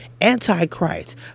Antichrist